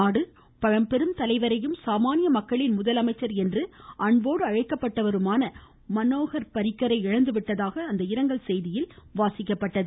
நாடு பழம்பெரும் தலைவரையும் சாமான்ய மக்களின் முதலமைச்சர் என்று அன்போடு அழைக்கப்பட்டவருமான மனோகர் பரிக்கரை இழந்துவிட்டதாக இரங்கல் செய்தியில் வாசிக்கப்பட்டது